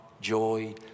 joy